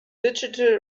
digital